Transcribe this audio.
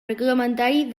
reglamentari